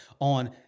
on